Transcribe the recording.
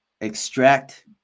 extract